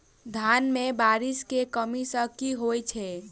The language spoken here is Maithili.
धान मे बारिश केँ कमी सँ की होइ छै?